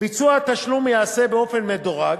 ביצוע התשלום ייעשה באופן מדורג: